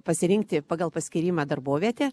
pasirinkti pagal paskyrimą darbovietę